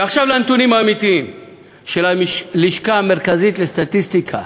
ועכשיו לנתונים האמיתיים של הלשכה המרכזית לסטטיסטיקה,